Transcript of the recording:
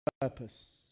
purpose